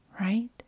right